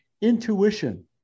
intuition